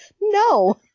no